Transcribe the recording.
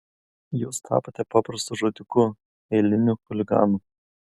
jūs tapote paprastu žudiku eiliniu chuliganu